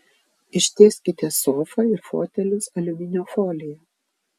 ištieskite sofą ir fotelius aliuminio folija